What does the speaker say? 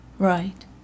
Right